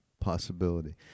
possibility